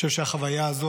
אני חושב שהחוויה הזו,